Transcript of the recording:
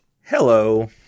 Hello